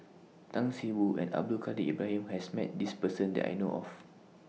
Tan See Boo and Abdul Kadir Ibrahim has Met This Person that I know of